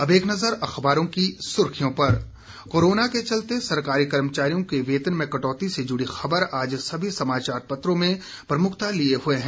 अब एक नज़र अखबारों की सुर्खियों पर कोरोना के कारण सरकारी कर्मचारियों के वेतन में कटौती से जुड़ी खबर आज सभी समाचार पत्रों में प्रमुखता लिए हुए है